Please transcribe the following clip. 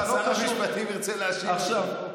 שר המשפטים ירצה להשיב על זה, לא?